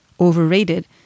overrated